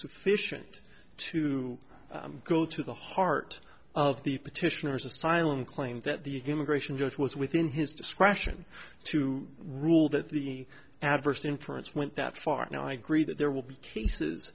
sufficient to go to the heart of the petitioners asylum claim that the immigration judge was within his discretion to rule that the adverse inference went that far no i agree that there will be cases